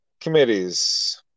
Committees